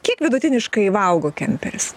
kiek vidutiniškai valgo kemperis